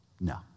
No